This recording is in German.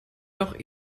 doch